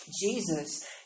Jesus